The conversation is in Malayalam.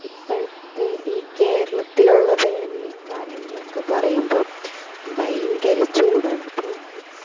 ഇപ്പോഴത്തെ ഈ കേരളത്തിലുള്ള വേനൽക്കാലം എന്നൊക്കെ പറയുമ്പം ഭയങ്കര ചൂടാണ് അപ്പോൾ നമുക്ക്